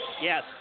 Yes